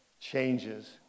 changes